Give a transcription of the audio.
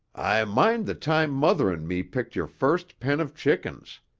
i mind the time mother and me picked your first pen of chickens.